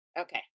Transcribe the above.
okay